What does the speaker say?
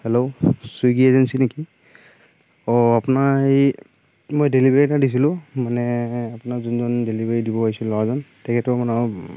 hello Swiggy agency নেকি অঁ আপোনাৰ এই মই ডেলিভাৰী এটা দিছিলোঁ মানে আপোনাৰ যোনজন ডেলিভাৰী দিব আহিছিল ল'ৰাজন তেখেতৰ মানে অলপ